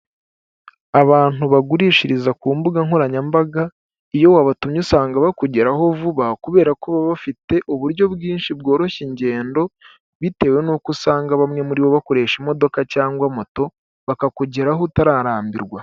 Abantu bagurishiriza ku mbuga nkoranyambaga iyo wabatumye usanga bakugeraho vuba kubera ko baba bafite uburyo bwinshi bworoshya ingendo, bitewe n'uko usanga bamwe muri bo bakoresha imodoka cyangwa moto, bakakugeraho utararambirwa.